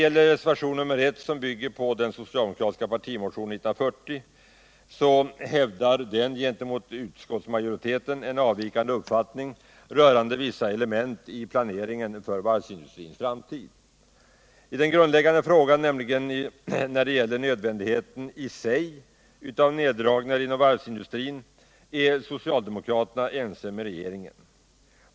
I reservationen 1, som bygger på den socialdemokratiska partimotionen 1940, hävdas en gentemot utskottsmajoriteten avvikande mening rörande vissa element i planeringen för varvsindustrins framtid. I den grundläggande frågan, nämligen när det gäller nödvändigheten i sig av nedläggningar inom varvsindustrin, är socialdemokraterna ense med regeringen.